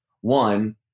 one